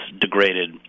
degraded